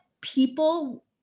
people